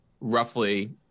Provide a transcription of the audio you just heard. roughly